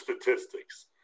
statistics